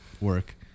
work